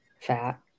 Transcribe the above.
fat